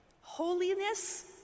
Holiness